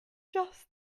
just